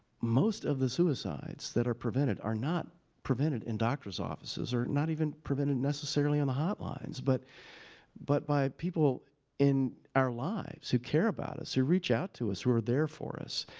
most of the suicides that are prevented, are not prevented in doctor's offices, or not even prevented, necessarily, on the hotlines, but but by people in our lives who care about us, who reach out to us, who are there for us.